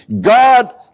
God